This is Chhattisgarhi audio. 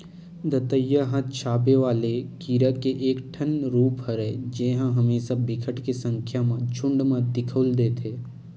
दतइया ह चाबे वाले कीरा के एक ठन रुप हरय जेहा हमेसा बिकट के संख्या म झुंठ म दिखउल देथे